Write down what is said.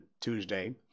Tuesday